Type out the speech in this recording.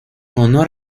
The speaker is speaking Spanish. honor